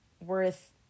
worth